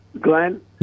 Glenn